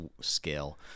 scale